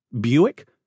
Buick